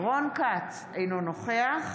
רון כץ, אינו נוכח